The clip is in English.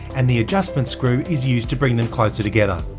and the adjustment screw is used to bring them closer together.